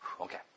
Okay